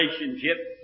relationship